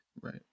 Right